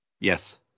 Yes